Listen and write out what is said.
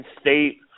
State